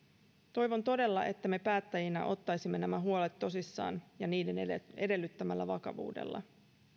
toivon todella että me päättäjinä ottaisimme nämä huolet tosissaan ja niiden edellyttämällä vakavuudella